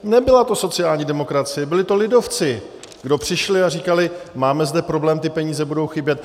Nebyla to sociální demokracie, byli to lidovci, kdo přišli a říkali: máme zde problém, ty peníze budou chybět.